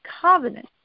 covenant